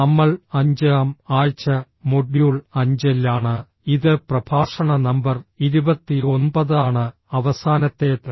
നമ്മൾ 5 ാം ആഴ്ച മൊഡ്യൂൾ 5 ലാണ് ഇത് പ്രഭാഷണ നമ്പർ 29 ആണ് അവസാനത്തേത്